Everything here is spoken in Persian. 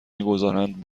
میگذارند